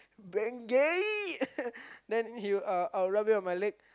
Bengay then he uh I would rub it on my leg